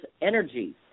energy